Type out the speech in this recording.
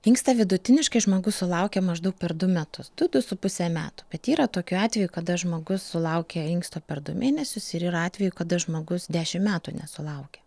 inkstą vidutiniškai žmogus sulaukia maždaug per du metus du du su puse metų bet yra tokių atvejų kada žmogus sulaukia inksto per du mėnesius ir yra atvejų kada žmogus dešimt metų nesulaukia